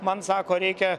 man sako reikia